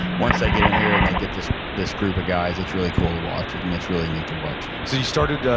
once they get in here and they get this this group of guys, it's really cool to watch. it's it's really neat to watch so, you started, ah